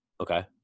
okay